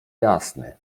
jasny